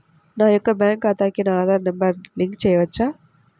నా యొక్క బ్యాంక్ ఖాతాకి నా ఆధార్ నంబర్ లింక్ చేయవచ్చా?